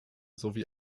sowie